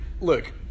look